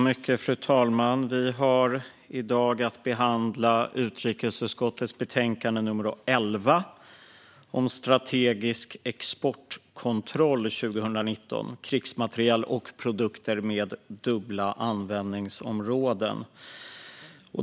Fru talman! Vi behandlar i dag utrikesutskottets betänkande nr 11, Strategisk exportkontroll 2019 - krigsmateriel och produkter med dubbla användningsområden .